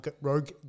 rogue